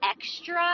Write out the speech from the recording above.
extra